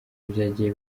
byagiye